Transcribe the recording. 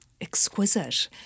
exquisite